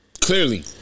Clearly